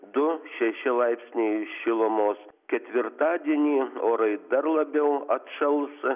du šeši laipsniai šilumos ketvirtadienį orai dar labiau atšals